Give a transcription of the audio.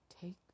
Take